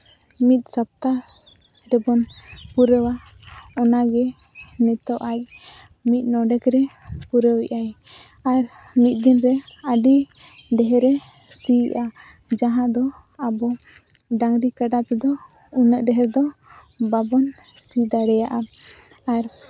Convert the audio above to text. ᱢᱤᱫ ᱥᱟᱯᱛᱟ ᱨᱮᱵᱚᱱ ᱯᱩᱨᱟᱹᱣᱟ ᱚᱱᱟ ᱜᱮ ᱱᱤᱛᱳᱜ ᱟᱡ ᱢᱤᱫ ᱰᱚᱸᱰᱮᱠ ᱨᱮ ᱯᱩᱨᱟᱹᱣᱮᱜᱼᱟᱭ ᱟᱨ ᱢᱤᱫ ᱫᱤᱱ ᱨᱮ ᱟᱹᱰᱤ ᱰᱷᱮᱨᱮ ᱥᱤᱭᱮᱜᱼᱟ ᱡᱟᱦᱟᱸ ᱫᱚ ᱟᱵᱚ ᱰᱟᱹᱝᱨᱤ ᱠᱟᱰᱟ ᱛᱮᱫᱚ ᱩᱱᱟᱹᱜ ᱰᱷᱮᱹᱨ ᱫᱚ ᱵᱟᱵᱚᱱ ᱥᱤ ᱫᱟᱲᱮᱭᱟᱜᱼᱟ ᱟᱨ